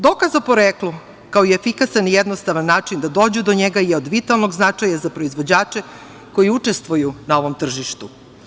Dokaz o poreklu, kao i efikasan i jednostavan način da dođu do njega je od vitalnog značaja za proizvođače koji učestvuju na ovom tržištu.